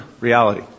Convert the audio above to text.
reality